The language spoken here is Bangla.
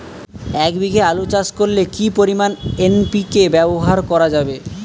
এক বিঘে আলু চাষ করলে কি পরিমাণ এন.পি.কে ব্যবহার করা যাবে?